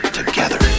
together